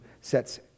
sets